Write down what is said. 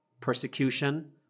persecution